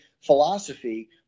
philosophy